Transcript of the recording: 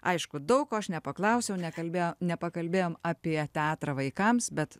aišku daug ko aš nepaklausiau nekalbėjau nepakalbėjom apie teatrą vaikams bet